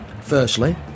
firstly